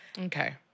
Okay